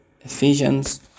Ephesians